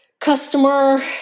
customer